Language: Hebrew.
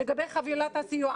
לגבי חבילת הסיוע,